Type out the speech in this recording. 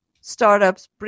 startups